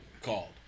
called